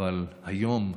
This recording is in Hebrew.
אבל היום,